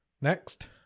Next